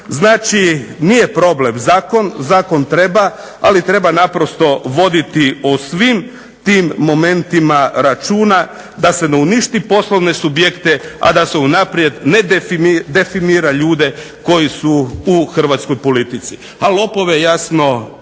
Znači nije problem zakon, zakon treba, ali treba naprosto voditi o svim tim momentima računima da se ne uništi poslovne subjekte, a da se unaprijed ne definira ljude koji su u hrvatskoj politici. A lopove jasno,